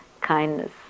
kindness